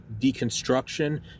deconstruction